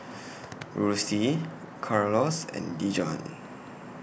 Ruthie Carlos and Dijon